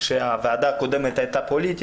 שהוועדה הקודמת הייתה פוליטית.